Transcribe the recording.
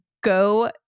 go